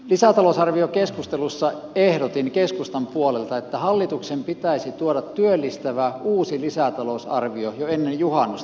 lisätalousarviokeskustelussa ehdotin keskustan puolelta että hallituksen pitäisi tuoda työllistävä uusi lisätalousarvio jo ennen juhannusta